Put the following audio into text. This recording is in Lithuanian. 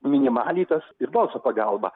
minimaliai tas ir balso pagalba